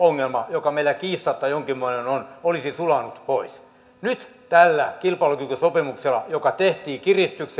joka meillä kiistatta jonkinmoinen on sulanut pois nyt tällä kilpailukykysopimuksella joka tehtiin kiristyksen